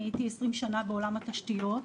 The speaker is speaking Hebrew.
הייתי 20 שנה בעולם התשתיות.